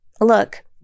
look